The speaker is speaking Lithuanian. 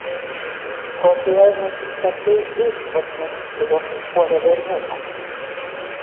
kodėl nesustabdei išdvasų kai jos užpuolė berniuką